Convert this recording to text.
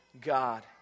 God